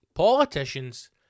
politicians